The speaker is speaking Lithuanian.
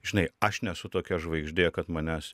žinai aš nesu tokia žvaigždė kad manęs